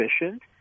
efficient